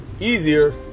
Easier